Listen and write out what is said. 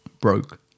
broke